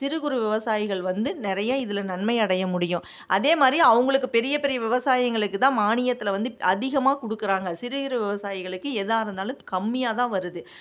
சிறு குறு விவசாயிகள் வந்து நிறையா இதுல நன்மை அடையமுடியும் அதேமாதிரி அவங்களுக்கு பெரிய பெரிய விவசாயிகளுக்கு தான் மானியத்தில் வந்து அதிகமா கொடுக்குறாங்க சிறு சிறு விவசாயிகளுக்கு ஏதா இருந்தாலும் கம்மியாக தான் வருது